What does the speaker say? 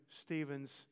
Stephen's